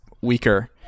weaker